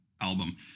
album